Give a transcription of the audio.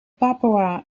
papoea